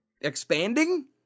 Expanding